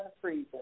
freezer